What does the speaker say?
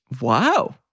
Wow